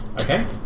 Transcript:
Okay